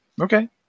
Okay